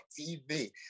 TV